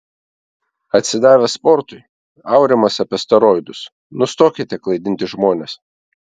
atsidavęs sportui aurimas apie steroidus nustokite klaidinti žmones